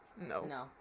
No